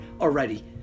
already